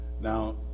Now